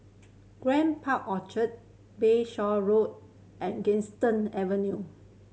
Grand Park Orchard Bayshore Road and Galistan Avenue